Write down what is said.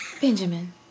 Benjamin